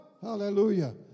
hallelujah